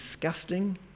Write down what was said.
disgusting